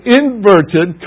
inverted